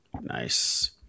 Nice